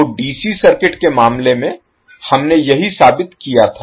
तो DC circuit के मामले में हमने यही साबित किया था